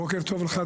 בוקר טוב לך,